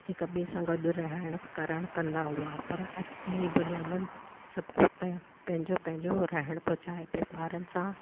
हिकु ॿिए सां गॾु रहण करण कंदा हुआ पर अॼु नईं दुनिया में सभु कोई पै पंहिंजो पंहिंजो रहण थो चाहे पियो ॿारन सां